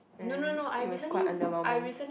and it was quite underwhelming